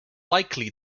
likely